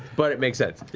but it makes sense.